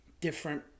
different